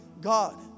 God